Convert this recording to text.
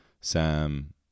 Sam